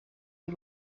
you